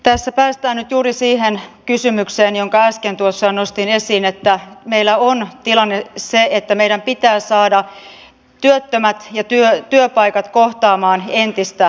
tässä päästään nyt juuri siihen kysymykseen jonka äsken tuossa nostin esiin että meillä on tilanne se että meidän pitää saada työttömät ja työpaikat kohtaamaan entistä paremmin